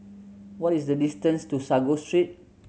what is the distance to Sago Street